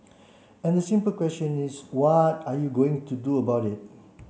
and the simple question is what are you going to do about it